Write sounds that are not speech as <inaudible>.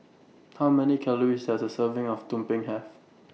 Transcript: <noise> How Many Calories Does A Serving of Tumpeng Have